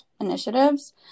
initiatives